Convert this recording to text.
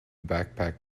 backpack